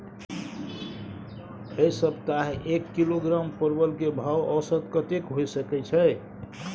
ऐ सप्ताह एक किलोग्राम परवल के भाव औसत कतेक होय सके छै?